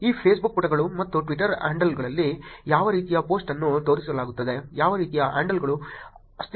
ಈ Facebook ಪುಟಗಳು ಮತ್ತು Twitter ಹ್ಯಾಂಡಲ್ಗಳಲ್ಲಿ ಯಾವ ರೀತಿಯ ಪೋಸ್ಟ್ ಅನ್ನು ತೋರಿಸಲಾಗುತ್ತದೆ ಯಾವ ರೀತಿಯ ಹ್ಯಾಂಡಲ್ಗಳು ಅಸ್ತಿತ್ವದಲ್ಲಿವೆ